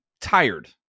tired